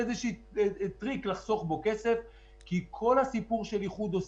מה אתם עושים בוויכוח הזה שנגרר כבר שנים ארוכות